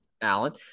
Alan